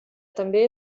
també